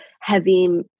heavy